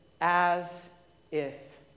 as-if